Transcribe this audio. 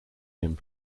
him